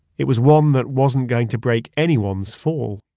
it was one that wasn't going to break anyone's fall.